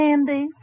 Andy